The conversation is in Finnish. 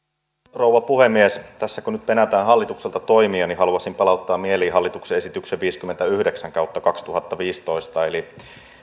rouva puhemies tässä kun nyt penätään hallitukselta toimia niin haluaisin palauttaa mieliin hallituksen esityksen viisikymmentäyhdeksän kautta kaksituhattaviisitoista eli